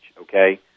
okay